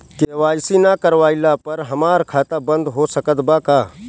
KYC ना करवाइला पर हमार खाता बंद हो सकत बा का?